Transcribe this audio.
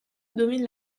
domine